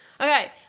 Okay